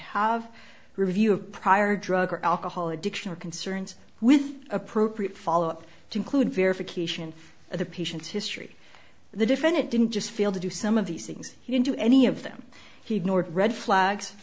have review of prior drug or alcohol addiction or concerns with appropriate follow up to include verification of the patient's history the defendant didn't just fail to do some of these things he didn't do any of them he ignored red flags